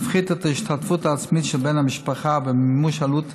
תפחית את ההשתתפות העצמית של בן המשפחה במימון עלות